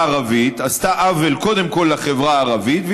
הערבית עשתה עוול קודם כול לחברה הערבית,